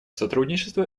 сотрудничество